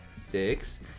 six